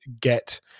get